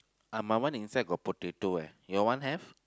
uh my one inside got potato eh your one have